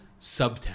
subtext